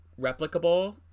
replicable